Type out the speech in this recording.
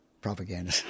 propaganda